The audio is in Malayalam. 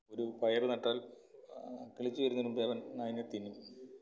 ഒരു പയർ നട്ടാൽ കിളിച്ച് വരുന്നതിന് മുമ്പേ അവൻ അതിനെ തിന്നും